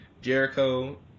Jericho